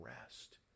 rest